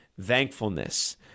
thankfulness